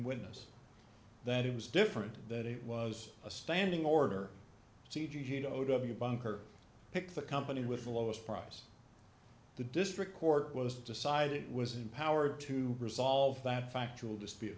witness that it was different that it was a standing order c g o w bunker pic the company with the lowest price the district court was decided was empowered to resolve that factual dispute